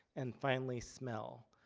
and finally smell.